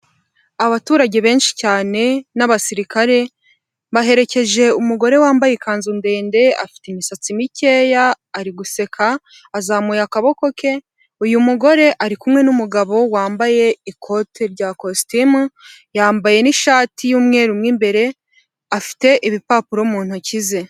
Abaturage benshi cyane n'abasirikare, baherekeje umugore wambaye ikanzu ndende afite imisatsi mikeya ari guseka, azamuye akaboko ke, uyu mugore ari kumwe n'umugabo wambaye ikote rya kositimu, yambaye n'ishati y'umweru mo imbere, afite ibipapuro mu ntoki ze.